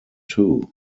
too